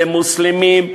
למוסלמים,